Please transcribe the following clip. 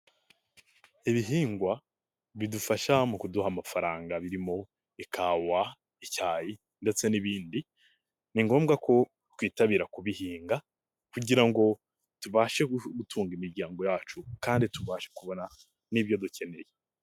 Ibihingwa bidufasha mu kuduha amafaranga, birimo ikawa ,icyayi ndetse n'ibindi. Ni ngombwa ko twitabira kubihinga, kugira ngo tubashe gutunga imiryango yacu, kandi tubashe kubona n'ibyo dukeneye.